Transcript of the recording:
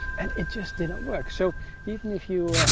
and it just didn't work. so even if you